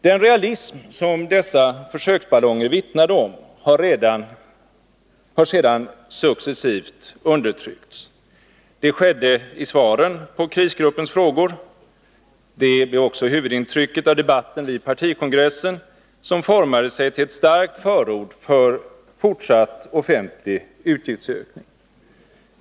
Den realism som dessa försöksballonger vittnade om har sedan successivt undertryckts. Det skedde i svaren på krisgruppens frågor. Det blev också huvudintrycket av debatten vid partikongressen, som formade sig till ett starkt förord för fortsatt offentlig utgiftsökning.